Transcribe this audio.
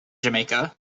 jamaica